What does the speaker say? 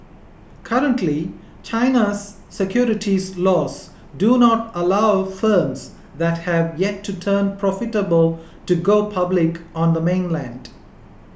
currently China's securities laws do not allow firms that have yet to turn profitable to go public on the mainland